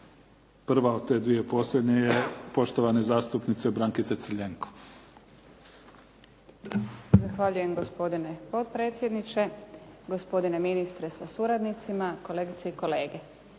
Prva od te dvije posljednje je poštovane zastupnice Brankice Crljenko. **Crljenko, Brankica (SDP)** Zahvaljujem. Gospodine potpredsjedniče, gospodine ministre sa suradnicima, kolegice i kolege.